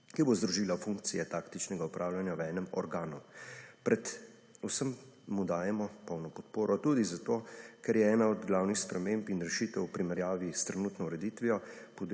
ki bo združila funkcije taktičnega upravljanja v enem organu. Predvsem mu dajemo polno podporo tudi zato, ker je ena od glavnih sprememb in rešitev v primerjavi s trenutno ureditvijo,